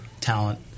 talent